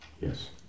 yes